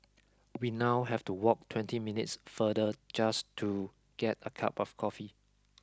we now have to walk twenty minutes further just to get a cup of coffee